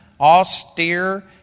austere